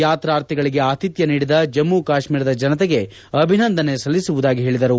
ಯಾತ್ರಾರ್ಥಿಗಳಿಗೆ ಆತಿಥ್ಡ ನೀಡಿದ ಜಮ್ಗು ಕಾಶ್ನೀರದ ಜನತೆಗೆ ಅಭಿನಂದನೆ ಸಲ್ಲಿಸುವುದಾಗಿ ಹೇಳಿದರು